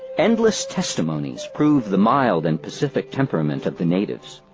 endless testimonies prove the mild and pacific temperament of the natives.